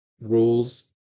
rules